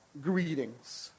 greetings